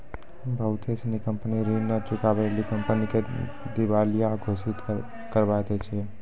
बहुते सिनी कंपनी ऋण नै चुकाबै लेली कंपनी के दिबालिया घोषित करबाय दै छै